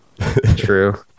true